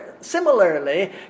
similarly